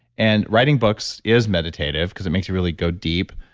and writing books is meditative because it makes it really go deep,